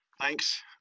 thanks